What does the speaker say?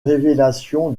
révélation